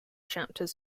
chapters